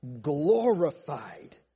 glorified